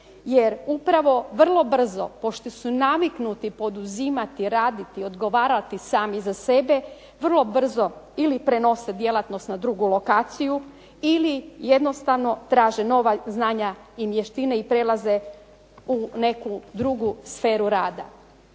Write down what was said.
jer upravo vrlo brzo pošto su naviknuti poduzimati raditi, odgovarati sami za sebe vrlo brzo ili prenose djelatnost na drugu lokaciju ili jednostavno nova znanja i vještine i prelaze u neku drugu sferu rada.